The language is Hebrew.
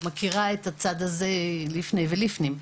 מכירה את הצד הזה לפני ולפנים.